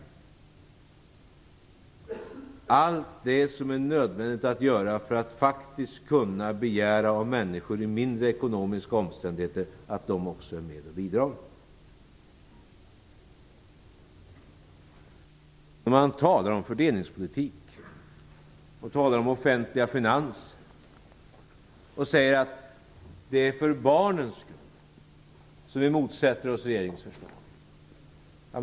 Det gäller ju allt det som är nödvändigt att göra för att faktiskt kunna begära av människor i mindre ekonomiska omständigheter att de också är med och bidrar. Man talar om fördelningspolitik och om offentliga finanser och säger: Det är för barnens skull som vi motsätter oss regeringens förslag.